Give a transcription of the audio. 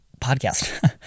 podcast